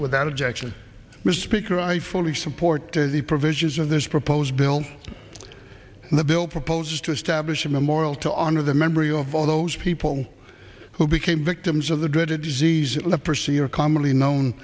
without objection mr speaker i fully supported the provisions of this proposed bill and the bill proposes to establish a memorial to honor the memory of all those people who became victims of the dreaded disease leprosy or commonly known